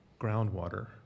groundwater